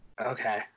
Okay